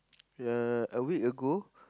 ya a week ago